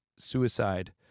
suicide